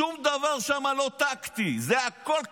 שום דבר שם לא טקטי, הכול קרס,